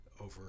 over